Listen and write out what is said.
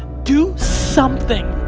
do something.